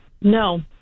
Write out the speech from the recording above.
No